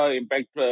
impact